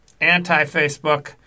anti-Facebook